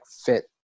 fit